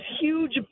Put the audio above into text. huge